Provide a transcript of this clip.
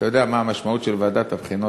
אתה יודע מה המשמעות של ועדת הבחינות,